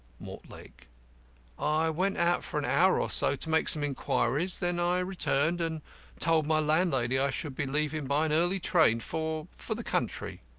mortlake i went out for an hour or so to make some inquiries. then i returned, and told my landlady i should be leaving by an early train for for the country.